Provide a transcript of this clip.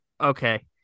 Okay